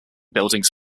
buildings